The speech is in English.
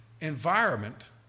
environment